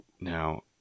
now